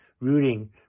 rooting